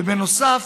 ובנוסף,